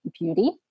beauty